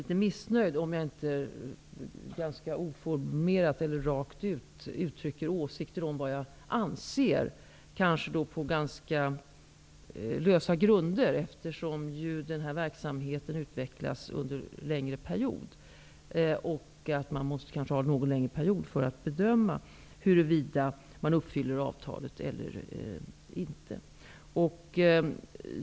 Därför kan kanske någon känna sig litet missnöjd över att jag inte rakt ut uttrycker åsikter om vad jag anser på kanske ganska lösa grunder, eftersom den här verksamheten utvecklas under en längre period. Man måste kanske ha en något längre period för att bedöma om man uppfyller avtalet eller inte.